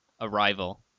Arrival